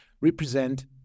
represent